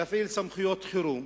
להפעיל סמכויות חירום,